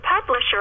publisher